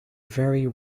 very